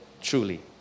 truly